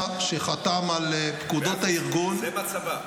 שחתם על פקודות הארגון -- זה בצבא.